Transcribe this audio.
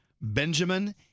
Benjamin